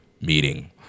meeting